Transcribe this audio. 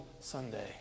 Sunday